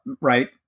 Right